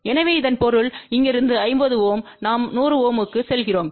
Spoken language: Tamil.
எனவே இதன் பொருள் இங்கிருந்து 50 Ω நாம் 100 Ω க்கு செல்கிறோம்